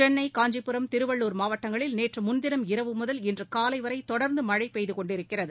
சென்னை காஞ்சிபுரம் திருவள்ளூர் மாவட்டங்களில் நேற்றுமுன்தினம் இரவு முதல் இன்று காலை வரை தொடர்ந்து மழை பெய்து கொண்டிருக்கிறது